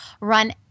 run